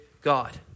God